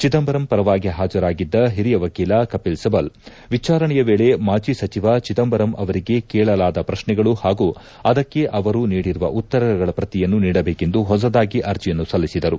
ಚಿದಂಬರಂ ಪರವಾಗಿ ಹಾಜರಾಗಿದ್ದ ಹಿರಿಯ ವಕೀಲ ಕಪಿಲ್ಸಿಬಾಲ್ ವಿಚಾರಣೆಯ ವೇಳೆ ಮಾಜಿ ಸಚಿವ ಚಿದಂಬರಂ ಅವರಿಗೆ ಕೇಳಲಾದ ಪ್ರಕ್ಷೆಗಳೂ ಹಾಗೂ ಅದಕ್ಕೆ ಅವರು ನೀಡಿರುವ ಉತ್ತರಗಳ ಪ್ರತಿಯನ್ನು ನೀಡಬೇಕೆಂದು ಹೊಸದಾಗಿ ಅರ್ಜಿಯನ್ನು ಸಲ್ಲಿಸಿದರು